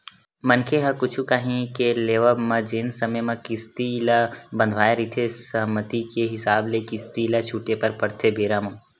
मनखे ह कुछु काही के लेवब म जेन समे म किस्ती ल बंधवाय रहिथे सहमति के हिसाब ले किस्ती ल छूटे बर परथे बेरा म